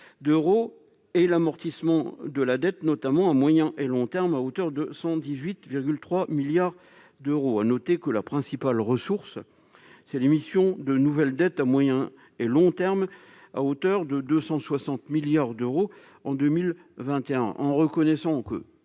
d'euros et l'amortissement de la dette notamment à moyen et long terme, à hauteur de 118 3 milliards d'euros à noter que la principale ressource, c'est l'émission de nouvelles dettes à moyen et long terme, à hauteur de 260 milliards d'euros en 2021 ans en reconnaissons que